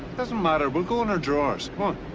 doesn't matter. we'll go in our drawers. come on.